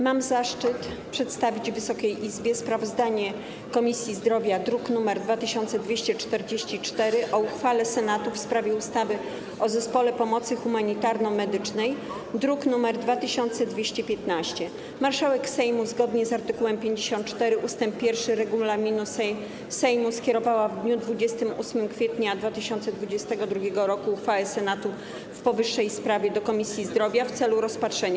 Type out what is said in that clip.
Mam zaszczyt przedstawić Wysokiej Izbie sprawozdanie Komisji Zdrowia z druku nr 2244 o uchwale Senatu w sprawie ustawy o Zespole Pomocy Humanitarno-Medycznej, druk nr 2215. Marszałek Sejmu, zgodnie z art. 54 ust. 1 regulaminu Sejmu, skierowała w dniu 28 kwietnia 2022 r. uchwałę Senatu w powyższej sprawie do Komisji Zdrowia w celu rozpatrzenia.